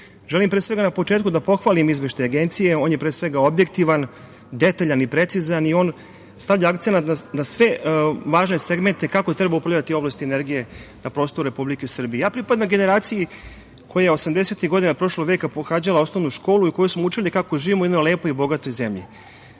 želim pre svega, na početku da pohvalim Izveštaj Agencije. On je, pre svega, objektivan, detaljan i precizan i on stavlja akcenat na sve važne segmente kako treba upravljati u oblasti energije na prostoru Republike Srbije. Ja pripadam generaciji koja je osamdesetih godina prošlog veka pohađala osnovnu školu i koji smo učili kako živimo u jednoj lepoj i bogatoj zemlji.